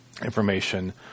information